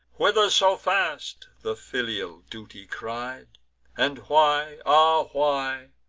whither so fast? the filial duty cried and why, ah why,